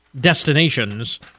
Destinations